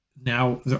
now